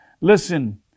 listen